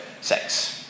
sex